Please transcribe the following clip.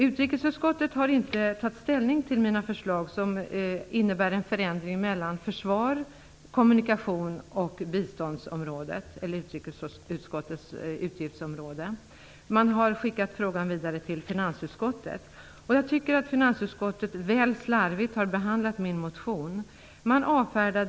Utrikesutskottet har inte tagit ställning till mina förslag inom utrikesutskottets utgiftsområde, som innebär en förändring i anslagen mellan försvars-, kommunikations och biståndsområdet. Det har skickat frågan vidare till finansutskottet. Jag tycker att finansutskottet har behandlat min motion väl slarvigt.